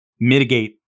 mitigate